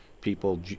people